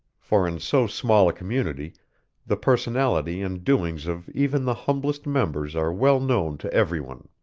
for in so small a community the personality and doings of even the humblest members are well known to everyone.